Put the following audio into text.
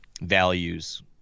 values